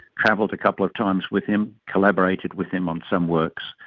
travelled a couple of times with him, collaborated with him on some works,